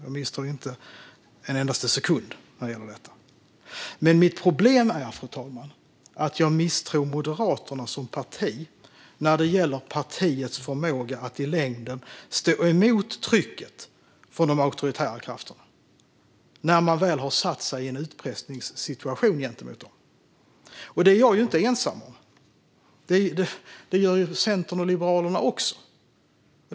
Jag misstror honom inte en endaste sekund när det gäller detta. Mitt problem, fru talman, är att jag misstror Moderaterna som parti när det gäller partiets förmåga att i längden stå emot trycket från de auktoritära krafterna när man väl har satt sig i en utpressningssituation gentemot dem. Det är jag inte heller ensam om, utan även Centern och Liberalerna gör det.